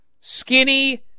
skinny